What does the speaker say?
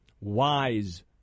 Wise